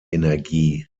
energie